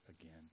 again